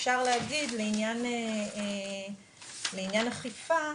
אפשר להגיד, לעניין אכיפה,